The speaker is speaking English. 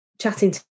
chatting